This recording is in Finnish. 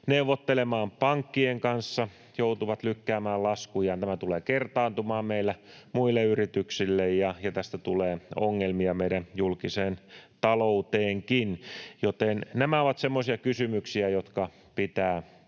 neuvottelemaan pankkien kanssa, joutuvat lykkäämään laskujaan. Tämä tulee kertaantumaan meillä muille yrityksille, ja tästä tulee ongelmia meidän julkiseen talouteenkin. Joten nämä ovat semmoisia kysymyksiä, jotka hallituksen pitää